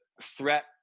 threat